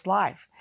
life